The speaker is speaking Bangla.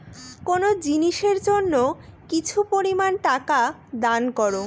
কোনো জিনিসের জন্য কিছু পরিমান টাকা দান করো